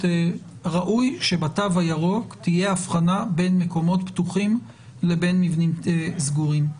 ראוי שבתו הירוק תהיה הבחנה בין מקומות פתוחים לבין מבנים סגורים.